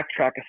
backtrack